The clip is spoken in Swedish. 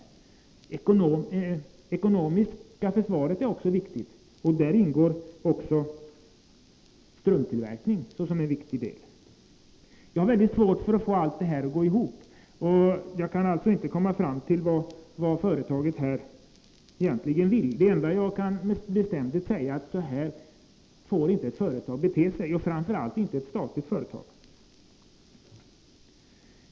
Det ekonomiska försvaret är också viktigt. Där ingår strumptillverkning som en viktig del. Jag har mycket svårt att få allt detta att gå ihop, och jag kan inte komma fram till vad företaget här egentligen vill. Det enda jag kan med bestämdhet säga är att så här får inte ett företag bete sig, framför allt inte ett statligt företag.